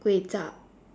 kway-chap